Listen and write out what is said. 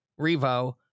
Revo